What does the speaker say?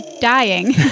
dying